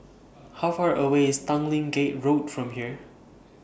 How Far away IS Tanglin Gate Road from here